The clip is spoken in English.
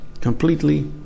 completely